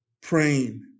praying